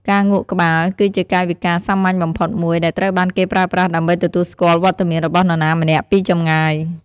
ការងក់ក្បាល គឺជាកាយវិការសាមញ្ញបំផុតមួយ ដែលត្រូវបានគេប្រើប្រាស់ដើម្បីទទួលស្គាល់វត្តមានរបស់នរណាម្នាក់ពីចម្ងាយ។